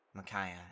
Makaya